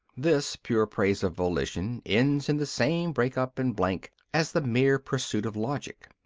this pure praise of volition ends in the same break up and blank as the mere pursuit of logic.